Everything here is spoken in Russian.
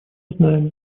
знаем